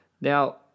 Now